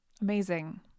Amazing